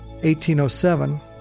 1807